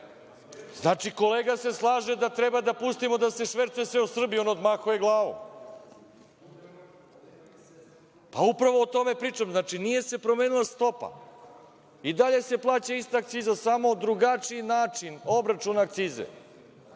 znači kolega se slaže da treba da pustimo da se švercuje sve u Srbiji, on odmahuje glavom. Pa upravo o tome pričam. Znači, nije se promenila stopa, i dalje se plaća ista akciza, samo drugačiji način obračun akcize. Ne